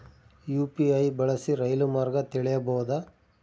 UPI ಬಳಸಿ ರೈಲು ಮಾರ್ಗ ತಿಳೇಬೋದ?